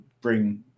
bring